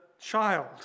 child